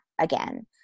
again